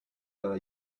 dalla